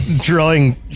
drawing